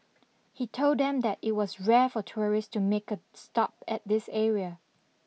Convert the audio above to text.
he told them that it was rare for tourists to make a stop at this area